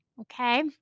Okay